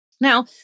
Now